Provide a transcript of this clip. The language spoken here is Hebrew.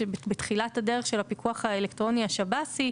בתחילת הדרך של הפיקוח האלקטרוני השב"סי,